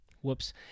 Whoops